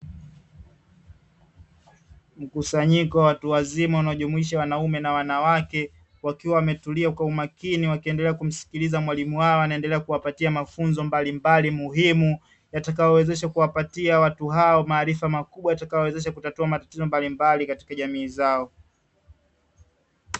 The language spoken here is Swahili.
Mkusanyiko wa watu wazima unaojumuisha wanaume na wanawake, wakiwa wametulia kwa umakini wakiendelea kumsikiliza mwalimu wao anayeendelea kuwapatia mafunzo mbalimbali muhimu yatakayowawezesha kuwapatia watu hao maarifa makubwa, yatakayowawezesha kutatua matatizo mbalimbali katika jamii zao.